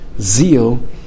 zeal